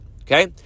okay